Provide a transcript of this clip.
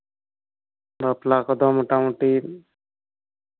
ᱵᱟᱯᱞᱟ ᱠᱚᱫᱚ ᱢᱳᱴᱟᱢᱩᱴᱤ